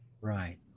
Right